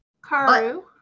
Karu